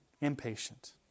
Impatient